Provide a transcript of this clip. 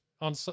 on